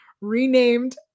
renamed